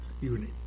unit